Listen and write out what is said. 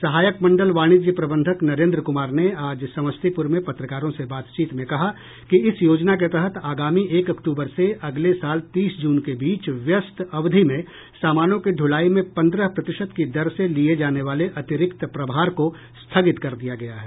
सहायक मंडल वाणिज्य प्रबंधक नरेंद्र कुमार ने आज समस्तीपुर मे पत्रकारों से बातचीत में कहा कि इस योजना के तहत आगामी एक अक्टूबर से अगले साल तीस जून के बीच व्यस्त अवधि में सामानों की ढुलाई मे पंद्रह प्रतिशत की दर से लिए जाने वाले अतिरिक्त प्रभार को स्थगित कर दिया गया है